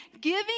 Giving